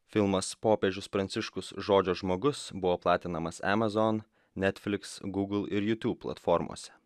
filmas popiežius pranciškus žodžio žmogus buvo platinamas amazon netfliks gugl ir jutub platformose